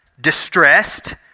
distressed